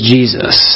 Jesus